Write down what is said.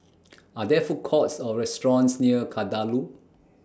Are There Food Courts Or restaurants near Kadaloor